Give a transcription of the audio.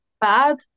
bad